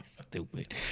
Stupid